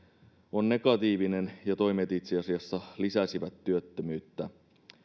on negatiivinen ja toimet itse asiassa lisäsivät työttömyyttä